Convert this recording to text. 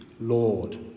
Lord